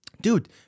dude